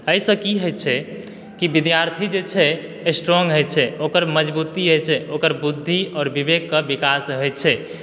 एहि सऽ कि होइ छै कि विद्यार्थी जे छै स्ट्रोंग होइ छे ओकर मजबूती होइ छै ओकर बुद्धि आओर विवेक के विकास होइ छै